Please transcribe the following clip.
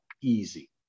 easy